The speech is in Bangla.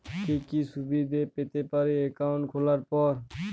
কি কি সুবিধে পেতে পারি একাউন্ট খোলার পর?